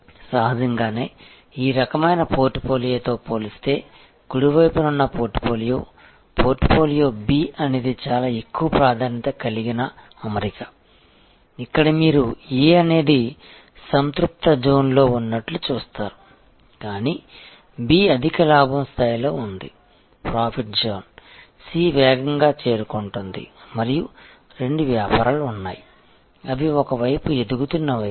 సహజంగానే ఈ రకమైన పోర్ట్ఫోలియోతో పోలిస్తే కుడి వైపున ఉన్న పోర్ట్ఫోలియో పోర్ట్ఫోలియో B అనేది చాలా ఎక్కువ ప్రాధాన్యత కలిగిన అమరిక ఇక్కడ మీరు A అనేది సంతృప్త జోన్లో ఉన్నట్లు చూస్తారు కానీ B అధిక లాభం స్థాయిలో ఉంది ప్రాఫిట్ జోన్ C వేగంగా చేరుకుంటోంది మరియు రెండు వ్యాపారాలు ఉన్నాయి అవి ఒక వైపు ఎదుగుతున్న వైపు